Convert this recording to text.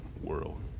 world